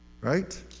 right